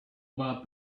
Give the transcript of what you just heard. about